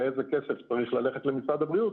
ואיזה כסף צריך ללכת למשרד הבריאות,